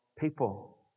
people